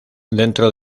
dentro